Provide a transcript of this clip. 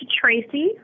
Tracy